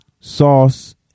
sauce